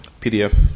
PDF